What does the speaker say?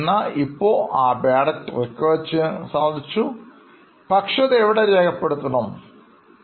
എന്നാൽ ഇപ്പോൾ ആ Bad debt recover ചെയ്യാൻ സാധിച്ചു പക്ഷേ അത് എവിടെ രേഖപ്പെടുത്തണമെന്ന് അവർക്കറിയില്ല